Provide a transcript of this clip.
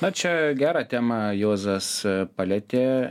na čia gerą temą juozas palietė